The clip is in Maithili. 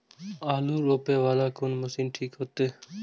आलू रोपे वाला कोन मशीन ठीक होते?